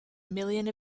million